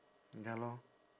ya lor